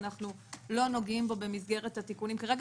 אנחנו לא נוגעים בו במסגרת התיקונים כרגע.